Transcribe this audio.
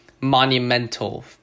monumental